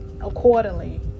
accordingly